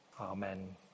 Amen